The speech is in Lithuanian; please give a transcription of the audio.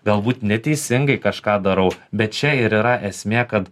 galbūt neteisingai kažką darau bet čia ir yra esmė kad